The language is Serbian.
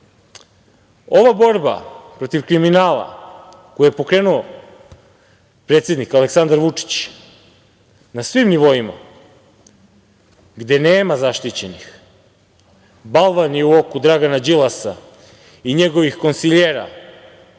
borba protiv kriminala koju je pokrenuo predsednik Aleksandar Vučić na svim nivoima, gde nema zaštićenih, balvan je u oku Dragana Đilasa i njegovih konsiljera